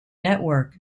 network